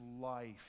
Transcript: life